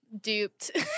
Duped